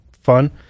fun